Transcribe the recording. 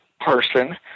person